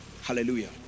Hallelujah